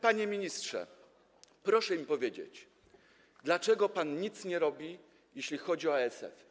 Panie ministrze, proszę mi powiedzieć: Dlaczego pan nic nie robi, jeśli chodzi o ASF?